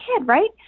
right